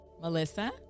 Melissa